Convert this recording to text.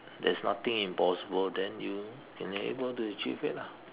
there's nothing impossible then you can able to achieve it lah